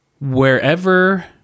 wherever